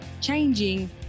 changing